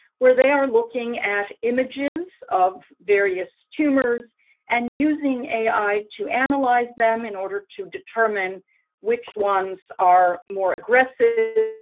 where they are looking at images of various tumors and using ai to analyze them in order to determine which ones are more aggressive,